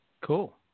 Cool